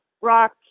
rock